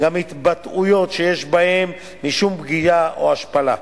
גם התבטאויות שיש בהן משום פגיעה או השפלה.